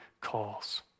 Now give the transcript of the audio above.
calls